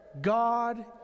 God